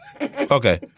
Okay